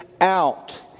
out